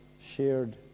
shared